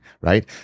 right